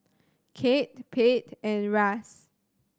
Kate Pate and Russ